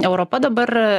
europa dabar